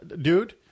Dude